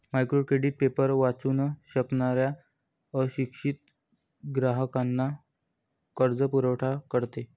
micro credit paper वाचू न शकणाऱ्या अशिक्षित ग्राहकांना कर्जपुरवठा करते